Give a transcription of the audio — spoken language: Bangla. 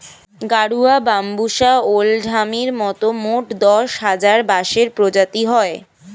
গাডুয়া, বাম্বুষা ওল্ড হামির মতন মোট দশ হাজার বাঁশের প্রজাতি হয়